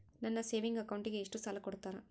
ನನ್ನ ಸೇವಿಂಗ್ ಅಕೌಂಟಿಗೆ ಎಷ್ಟು ಸಾಲ ಕೊಡ್ತಾರ?